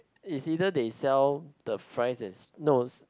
is either they sell the fries is no